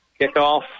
Kickoff